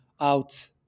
out